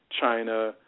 China